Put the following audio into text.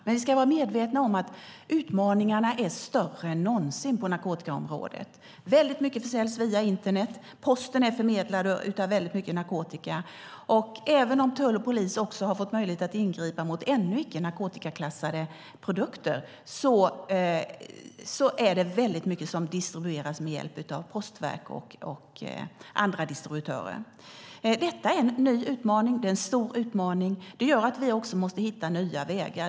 Men vi ska vara medvetna om att utmaningarna är större än någonsin på narkotikaområdet. Väldigt mycket säljs via internet. Posten är förmedlare av väldigt mycket narkotika. Och även om tull och polis har fått möjlighet att ingripa mot ännu icke narkotikaklassade produkter är det väldigt mycket som distribueras med hjälp av postverk och andra distributörer. Detta är en ny utmaning, en stor utmaning. Det gör att vi måste hitta nya vägar.